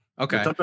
okay